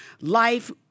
life